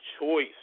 choice